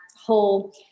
whole